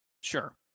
sure